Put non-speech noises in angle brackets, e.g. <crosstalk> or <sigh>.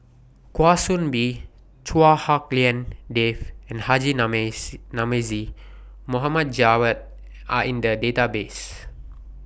Kwa Soon Bee Chua Hak Lien Dave and Haji <unintelligible> Namazie Mohd Javad Are in The Database